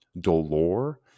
dolor